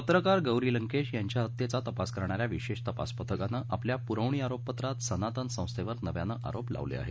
पत्रकार गौरी लंकेश यांच्या हत्येचा तपास करणा या विशेष तपास पथकाने आपल्या प्रवणी आरोपपत्रात सनातन संस्थेवर नव्याने आरोप लावले आहेत